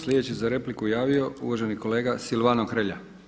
Sljedeći se za repliku javio uvaženi kolega Silvano Hrelja.